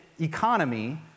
economy